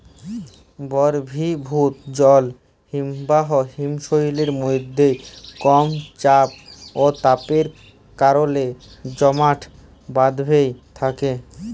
বরফিভুত জল হিমবাহ হিমশৈলের মইধ্যে কম চাপ অ তাপের কারলে জমাট বাঁইধ্যে থ্যাকে